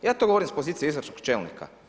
Ja to govorim sa pozicije izvršnog čelnika.